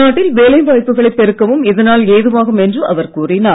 நாட்டில் வேலை வாய்ப்புகளை பெருக்கவும் இதனால் ஏதுவாகும் என்று அவர் கூறினார்